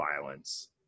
violence